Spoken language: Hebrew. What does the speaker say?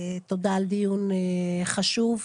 תודה על דיון חשוב.